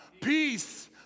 Peace